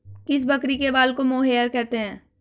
किस बकरी के बाल को मोहेयर कहते हैं?